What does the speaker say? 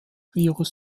virus